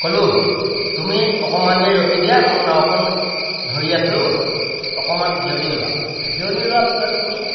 ক'লোঁ তুমি অকণমান দেৰি ৰখি দিয়া মই নাওখন ধৰি আছো অকণমান জিৰণি লোৱা জিৰণি লোৱাৰ পিছত তুমি